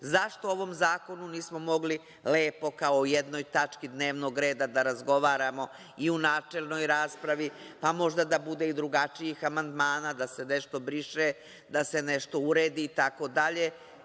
zašto o ovom zakonu nismo mogli lepo, kao u jednoj tački dnevnog reda da razgovaramo i u načelnoj raspravi, pa možda da bude i drugačijih amandmana, da se nešto briše, da se nešto uredi itd.